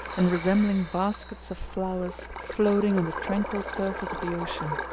and resembling baskets of flowers floating on the tranquil surface of the ocean.